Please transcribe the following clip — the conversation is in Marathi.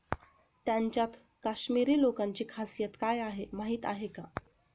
त्यांच्यात काश्मिरी लोकांची खासियत काय आहे माहीत आहे का?